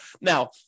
Now